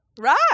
Right